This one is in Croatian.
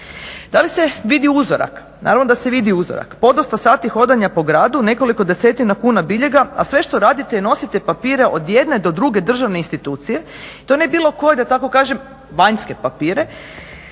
Da li se vidi uzorak? Naravno da se vidi uzorak. Podosta sati hodanja po gradu, nekoliko desetina kuna biljega a sve što radite je nosite papire od jedne do druge državne institucije i to ne bilo koje da tako kažem vanjske papire